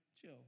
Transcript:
chill